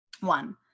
One